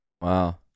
Wow